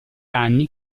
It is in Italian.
anni